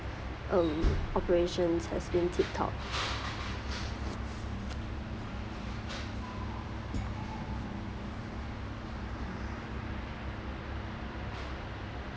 um operations has been tip top